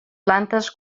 plantes